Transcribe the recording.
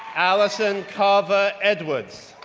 allyson carver edwards,